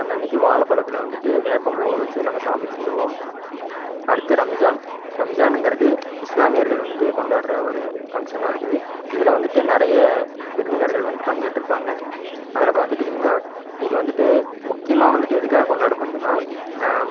அன்னன்னைக்கு வாழைப்பழத்துல வந்துவிட்டு வேப்பம் பூவை வச்சு நம்ம சாமி கும்பிடுவோம் அடுத்து ரம்ஜான் ரம்ஜானுங்கிறது இஸ்லாமியர்கள் வந்துவிட்டு கொண்டாடுற ஒரு ஃபங்க்ஷனாக இருக்குது இதில் வந்துவிட்டு நிறைய விருந்தினர்கள் வந்துவிட்டு பங்கேற்றுப்பாங்க அதில் பார்த்துட்டிங்கன்னா இது வந்துவிட்டு முக்கியமாக வந்துவிட்டு எதற்காக கொண்டாடப்படுதுன்னா